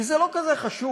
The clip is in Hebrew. כי זה לא כזה חשוב.